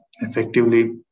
effectively